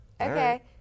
Okay